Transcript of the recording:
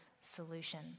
solution